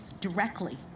directly